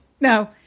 no